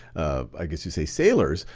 um i guess you say, sailors.